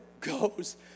goes